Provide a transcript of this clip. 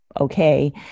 okay